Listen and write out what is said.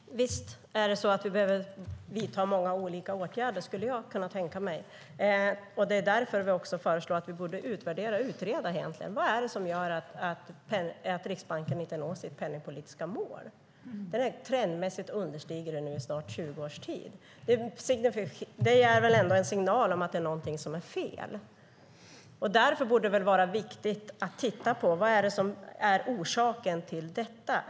Fru talman! Visst är det så att vi behöver vidta många olika åtgärder. Det skulle jag kunna tänka mig. Det är därför vi också föreslår att vi borde utvärdera och utreda det. Vad är det som gör att Riksbanken inte når sitt penningpolitiska mål? Det har trendmässigt understigits i snart 20 års tid. Det är väl ändå en signal om att det är någonting som är fel. Därför borde det vara viktigt att titta på vad det är som är orsaken till detta.